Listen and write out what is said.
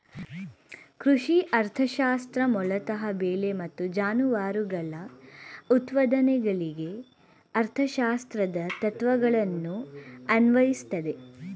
ಕೃಷಿ ಅರ್ಥಶಾಸ್ತ್ರ ಮೂಲತಃ ಬೆಳೆ ಮತ್ತು ಜಾನುವಾರುಗಳ ಉತ್ಪಾದನೆಗಳಿಗೆ ಅರ್ಥಶಾಸ್ತ್ರದ ತತ್ವಗಳನ್ನು ಅನ್ವಯಿಸ್ತದೆ